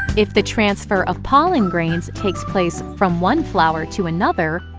if the transfer of pollen grain takes place from one flower to another,